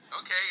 Okay